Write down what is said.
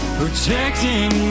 protecting